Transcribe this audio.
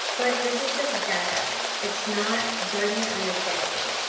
but this is just data. it's not judgment on your character,